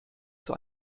zur